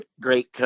great